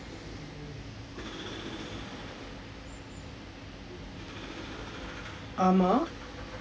ஆமாம்:aamaam